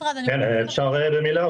אפשר להוסיף מילה?